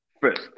first